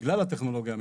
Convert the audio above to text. בגלל הטכנולוגיה המתפתחת,